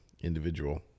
individual